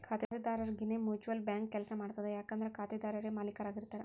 ಖಾತೆದಾರರರಿಗೆನೇ mutual bank ಕೆಲ್ಸ ಮಾಡ್ತದ ಯಾಕಂದ್ರ ಖಾತೆದಾರರೇ ಮಾಲೇಕರಾಗಿರ್ತಾರ